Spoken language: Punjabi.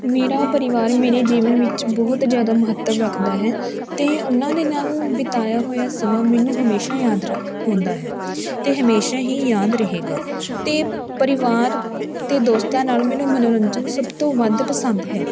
ਮੇਰਾ ਪਰਿਵਾਰ ਮੇਰੇ ਜੀਵਨ ਵਿੱਚ ਬਹੁਤ ਜ਼ਿਆਦਾ ਮਹੱਤਵ ਰੱਖਦਾ ਹੈ ਅਤੇ ਉਹਨਾਂ ਦੇ ਨਾਲ ਬਿਤਾਇਆ ਹੋਇਆ ਸਮਾਂ ਮੈਨੂੰ ਹਮੇਸ਼ਾ ਯਾਦ ਰ ਆਉਂਦਾ ਹੈ ਅਤੇ ਹਮੇਸ਼ਾ ਹੀ ਯਾਦ ਰਹੇਗਾ ਅਤੇ ਪਰਿਵਾਰ ਅਤੇ ਦੋਸਤਾਂ ਨਾਲ ਮੈਨੂੰ ਮਨੋਰੰਜਨ ਸਭ ਤੋਂ ਵੱਧ ਪਸੰਦ ਹੈ